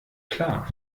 klar